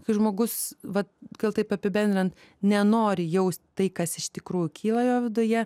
kai žmogus va gal taip apibendrinant nenori jaust tai kas iš tikrųjų kyla jo viduje